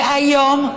והיום,